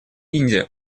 индия